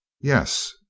Yes